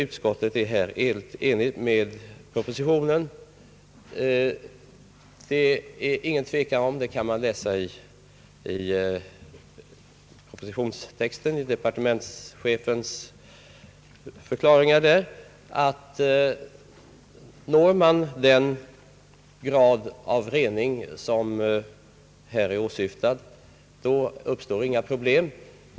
Utskottet är här enigt med propositionen, Departementschefen förklarar i propositionen att om man når den grad av rening som är åsyftad då uppstår inga problem.